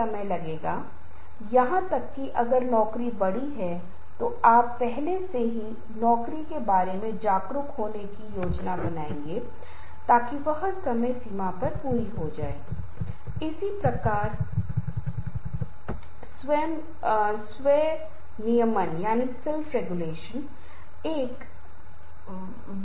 स्वचालित पूर्वव्यापीआटोमेटिक phrasing Automatic phrasing का मतलब है कि कुछ लोग ऐसे शब्दों का उपयोग करने की आदत रखते हैं जिन्हे परलिंगुइस्टिक कहा जाता है कुछ लोग बहुत बार 'यू नो यू नो बोलते हैं I mean I mean mean I mean बोलते हैं जो दर्शकों या अन्य लोगों को थोड़ा परेशान कर सकता है कई बार लोग बोलते है क्या मैं सही हू